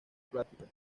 plásticas